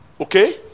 okay